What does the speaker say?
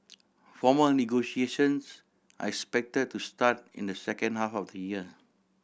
formal negotiations are expected to start in the second half of the year